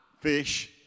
fish